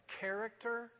character